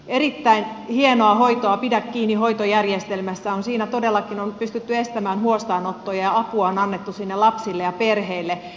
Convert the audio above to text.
erittäin hienoa hoitoa on pidä kiinni hoitojärjestelmässä siinä todellakin on pystytty estämään huostaanottoja ja apua on annettu sinne lapsille ja perheille